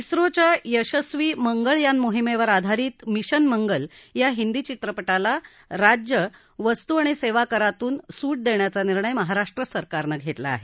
इस्रोच्या यशस्वी मंगळ यान मोहिमेवर आधारित मिशन मंगल या हिंदी चित्रप ला राज्य वस्तू आणि सेवा करातून सू देण्याचा निर्णय महाराष्ट्र सरकारनं घेतला आहे